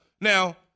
Now